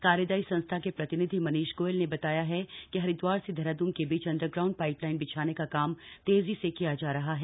कार्यदायी संस्था के प्रतिनिधि मनीष गोयल ने बताया है कि हरिद्वार से देहरादून के बीच अंडरग्राउंड पाइप लाइन बिछाने का काम तेजी से किया जा रहा है